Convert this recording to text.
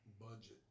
budget